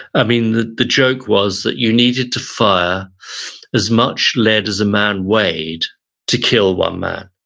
i mean, the joke was that you needed to fire as much lead as a man weighed to kill one man.